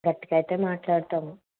గట్టిగా అయితే మాట్లాడుతాము